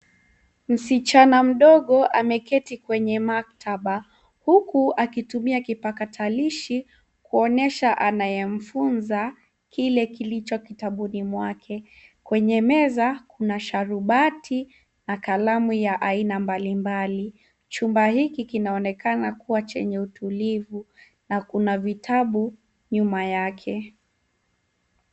Msichana mdogo ameketi kwenye maktaba, huku akitumia kipakatalishi kuonyesha anayemfunza kile kilicho kitabuni mwake. Kwenye meza kuna sharubati na kalamu ya aina mbalimbali. Chumba hiki kinaonekana kuwa chenye utulivu na kuna vitabu nyuma yake.